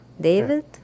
David